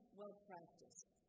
well-practiced